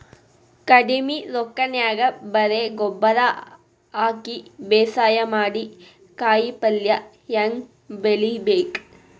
ಕಡಿಮಿ ರೊಕ್ಕನ್ಯಾಗ ಬರೇ ಗೊಬ್ಬರ ಹಾಕಿ ಬೇಸಾಯ ಮಾಡಿ, ಕಾಯಿಪಲ್ಯ ಹ್ಯಾಂಗ್ ಬೆಳಿಬೇಕ್?